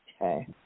Okay